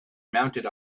mounted